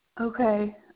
Okay